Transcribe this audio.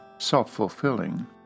self-fulfilling